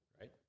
Right